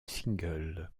single